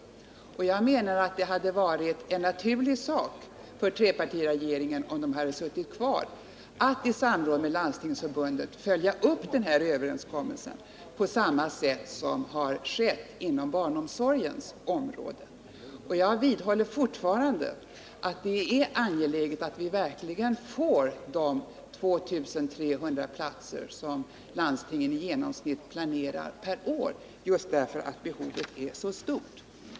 Jag menar att det hade varit en naturlig sak för trepartiregeringen, om den hade suttit kvar, att i samråd med Landstingsförbundet följa upp den här överenskommelsen på samma sätt som skett inom barnomsorgsområdet. Jag vidhåller att det är angeläget att vi verkligen får de i genomsnitt 2 300 platser per år som landstingen planerar, just därför att behovet är så stort.